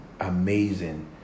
amazing